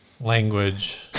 language